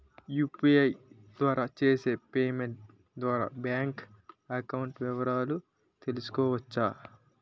UPI ద్వారా చేసిన payment ద్వారా బ్యాంక్ అకౌంట్ వివరాలు తెలుసుకోవచ్చ?